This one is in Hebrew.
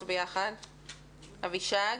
אבישג,